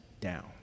down